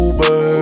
Uber